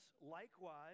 likewise